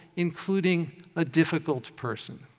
including a difficult person.